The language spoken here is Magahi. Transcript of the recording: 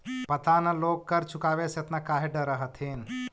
पता न लोग कर चुकावे से एतना काहे डरऽ हथिन